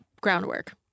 groundwork